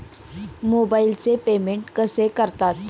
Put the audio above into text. मोबाइलचे पेमेंट कसे करतात?